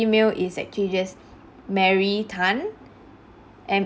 ~mail is actually just mary tan M